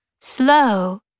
slow